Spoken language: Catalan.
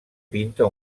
pinta